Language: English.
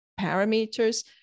parameters